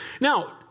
Now